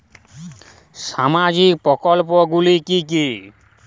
সামাজিক প্রকল্পগুলি কি কি?